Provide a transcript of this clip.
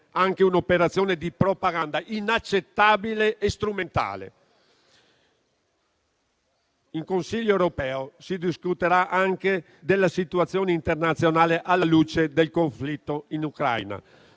anche un'operazione di propaganda inaccettabile e strumentale. Nell'ambito del Consiglio europeo si discuterà anche della situazione internazionale alla luce del conflitto in Ucraina.